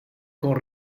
con